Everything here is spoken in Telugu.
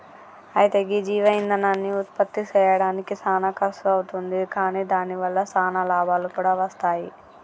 అయితే గీ జీవ ఇందనాన్ని ఉత్పప్తి సెయ్యడానికి సానా ఖర్సు అవుతుంది కాని దాని వల్ల సానా లాభాలు కూడా వస్తాయి